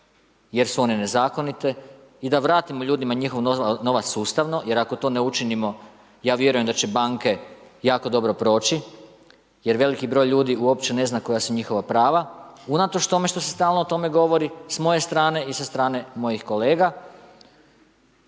jer su one nezakonite i da vrtimo ljudima njihov novac sustavno jer ako to ne učinimo, ja vjerujem da će banke jako dobro proći jer veliki broj ljudi uopće ne zna koja su njihova prava, unatoč tome što s stalno o tome govori s moje strane i sa strane mojih kolega.